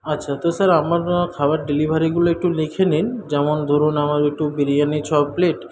আচ্ছা তো স্যার আমার খাবার ডেলিভারিগুলো একটু লিখে নিন যেমন ধরুন আমার একটু বিরিয়ানি ছ প্লেট